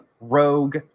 rogue